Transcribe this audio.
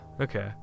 Okay